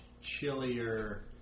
chillier